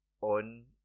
on